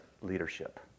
leadership